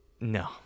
No